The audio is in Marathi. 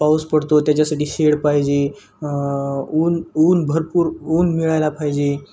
पाऊस पडतो त्याच्यासाठी शेड पाहिजे ऊन ऊन भरपूर ऊन मिळायला पाहिजे